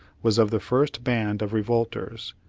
was of the first band of revolters,